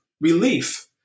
relief